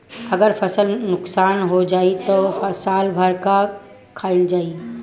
अगर फसल नुकसान हो जाई त साल भर का खाईल जाई